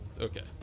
Okay